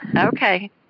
Okay